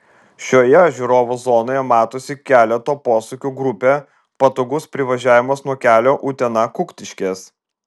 šioje žiūrovų zonoje matosi keleto posūkių grupė patogus privažiavimas nuo kelio utena kuktiškės